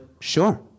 sure